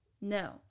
no